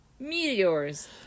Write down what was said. meteors